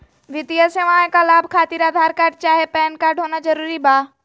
वित्तीय सेवाएं का लाभ खातिर आधार कार्ड चाहे पैन कार्ड होना जरूरी बा?